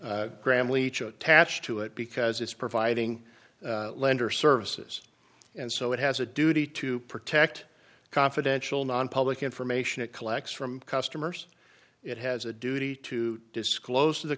leech attached to it because it's providing lender services and so it has a duty to protect confidential nonpublic information it collects from customers it has a duty to disclose to the